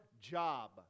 job